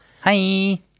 Hi